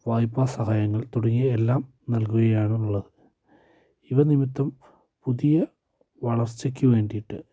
വായ്പാ സഹായങ്ങൾ തുടങ്ങിയ എല്ലാം നൽകുകയാണുള്ളത് ഇവ നിമിത്തം പുതിയ വളർച്ചയ്ക്ക് വേണ്ടിയിട്ട്